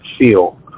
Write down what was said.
feel